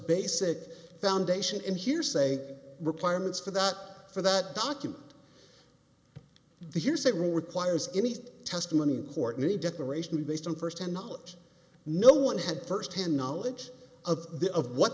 basic foundation and hearsay requirements for that for that document the hearsay rule requires any testimony courtney declaration based on first hand knowledge no one had first hand knowledge of the of what